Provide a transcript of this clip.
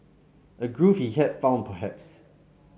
a groove he had found perhaps